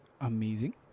amazing